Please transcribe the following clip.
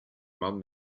man